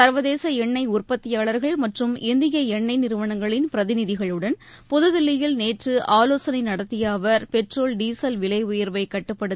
சர்வதேச எண்ணெய் உற்பத்தியாளர்கள் மற்றும் இந்திய எண்ணெய் நிறுவனங்களின் பிரதிநிதிகளுடன் புதில்லியில் நேற்று ஆலோசனை நடத்திய அவர் பெட்ரோல் டசல் விலைஉயர்வை கட்டுப்படுத்த